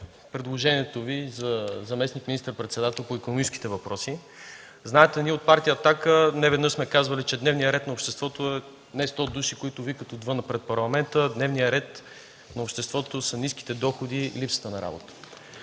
предложението Ви за заместник министър-председател по икономическите въпроси. Знаете, че ние от Партия „Атака” неведнъж сме казвали, че дневният ред на обществото не са 100 души, които викат отвън пред Парламента, дневният ред на обществото са ниските доходи и липсата на работа.